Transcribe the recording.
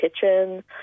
Kitchen